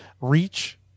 reach